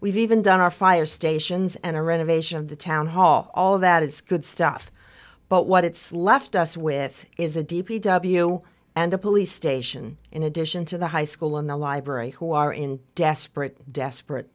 we've even done our fire stations and a renovation of the town hall all of that is good stuff but what it's left us with is a d p w and a police station in addition to the high school in the library who are in desperate desperate